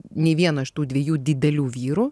nei vieno iš tų dviejų didelių vyrų